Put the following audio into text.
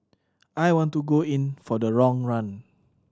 I want to go in for the long run